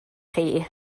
chi